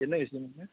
என்ன விஷயம்ங்க